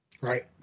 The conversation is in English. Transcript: Right